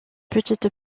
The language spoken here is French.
petite